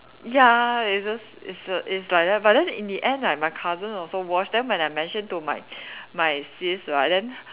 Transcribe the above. ya it's just it's l~ it's like that but then in the end like my cousin also watch then when I mention to my my sis right then